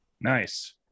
Nice